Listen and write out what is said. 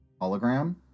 hologram